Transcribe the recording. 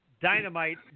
Dynamite